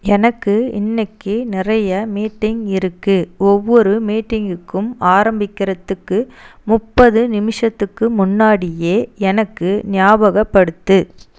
எனக்கு இன்னிக்கி நிறைய மீட்டிங் இருக்குது ஒவ்வொரு மீட்டிங்குக்கும் ஆரம்பிக்கிறதுக்கு முப்பது நிமிஷத்துக்கு முன்னாடியே எனக்கு ஞாபகப்படுத்து